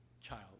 child